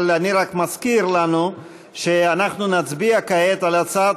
אבל אני רק מזכיר לנו שאנחנו נצביע כעת על הצעת